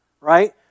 right